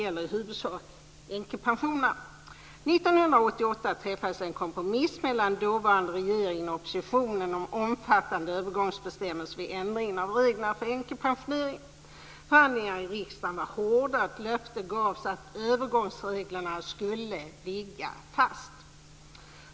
År 1988 träffades en kompromiss mellan den dåvarande regeringen och oppositionen om omfattande övergångsbestämmelser vid ändringen av reglerna för änkepensioneringen. Förhandlingarna i riksdagen var hårda, och ett löfte gavs att övergångsreglerna skulle ligga fast.